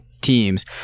teams